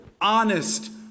honest